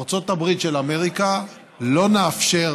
ארצות הברית של אמריקה, לא נאפשר